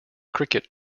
cricket